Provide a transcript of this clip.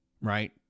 right